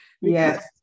Yes